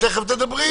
את תכף תדברי.